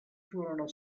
furono